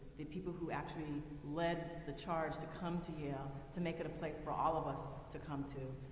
the people who actually led the charge to come to yale to make it a place for all of us to come to.